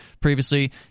previously